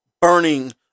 burning